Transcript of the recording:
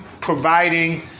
providing